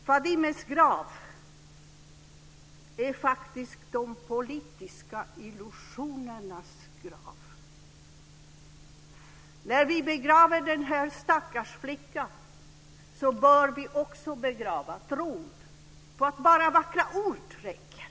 Fadimes grav är faktiskt de politiska illusionernas grav. När vi begraver den här stackars flickan bör vi också begrava tron på att bara vackra ord räcker.